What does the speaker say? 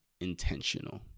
intentional